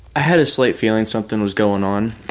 i had a slight feeling something was going on,